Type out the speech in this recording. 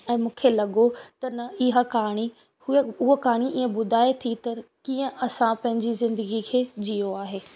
ऐं मूंखे लॻो त न इहा कहाणी हूअं उहा कहाणी इअं ॿुधाए थी त कीअं असां पंहिंजी ज़िंदगीअ खे जियो आहे